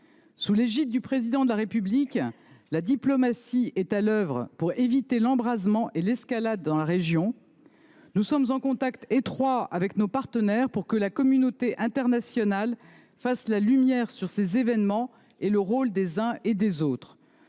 Sous l’égide du Président de la République, notre diplomatie est à l’œuvre pour éviter l’embrasement et l’escalade dans la région. Nous sommes en contact étroit avec nos partenaires pour que la communauté internationale fasse la lumière sur ces événements et sur le rôle des uns et des autres.